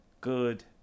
good